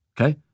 Okay